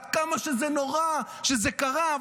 עד כמה שזה נורא שזה קרה,